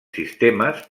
sistemes